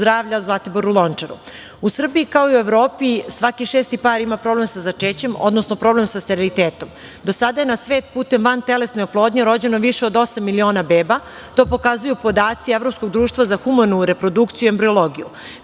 Srbiji, kao i u Evropi, svaki šesti par ima problem sa začećem, odnosno problem sa sterilitetom. Do sada je na svet putem vantelesne oplodnje rođeno više od 8.000.000 beba, to pokazuju podaci evropskog društva za humanu reprodukciju i embriologiju. Pohvalno